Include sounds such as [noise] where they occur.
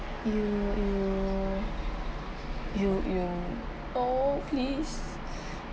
!eww! !eww! !eww! !eww! no please [breath]